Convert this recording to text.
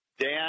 Dan